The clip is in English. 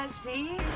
and see?